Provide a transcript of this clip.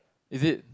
is it